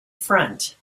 front